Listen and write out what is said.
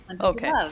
Okay